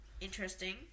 Interesting